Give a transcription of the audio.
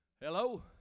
Hello